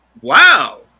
Wow